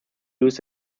use